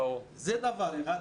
זה דבר אחד.